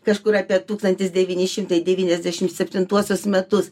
kažkur apie tūkstantis devyni šimtai devyniasdešim septintuosius metus